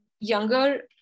younger